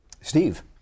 Steve